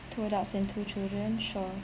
two adults and two children sure